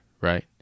right